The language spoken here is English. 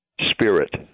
spirit